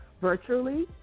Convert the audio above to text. virtually